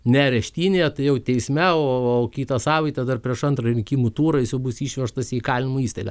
ne areštinėje tai jau teisme o kitą savaitę dar prieš antrąjį rinkimų turą jis jau bus išvežtas į įkalinimo įstaigą